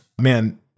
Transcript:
man